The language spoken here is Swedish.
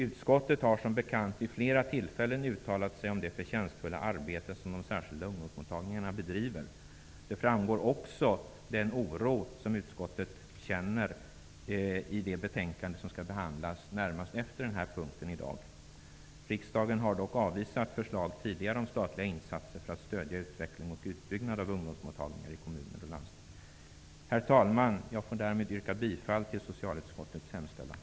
Utskottet har som bekant vid flera tillfällen uttalat sig om det förtjänstfulla arbete som de särskilda ungdomsmottagningarna bedriver. Den oro som utskottet känner framgår också i det betänkande som i dag skall behandlas närmast efter det här betänkandet. Riksdagen har dock tidigare avvisat förslag om statliga insatser för att stödja utveckling och utbyggnad av ungdomsmottagningar i kommuner och landsting. Herr talman! Jag yrkar därmed bifall till socialutskottets hemställan.